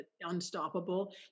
unstoppable